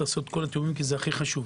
כי זה הכי חשוב.